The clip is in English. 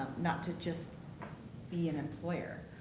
not to just be an employer?